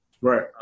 right